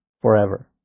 forever